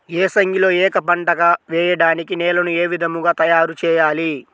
ఏసంగిలో ఏక పంటగ వెయడానికి నేలను ఏ విధముగా తయారుచేయాలి?